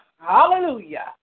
Hallelujah